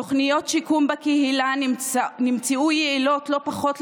תוכניות שיקום בקהילה נמצאו יעילות לא פחות,